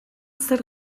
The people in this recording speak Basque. zer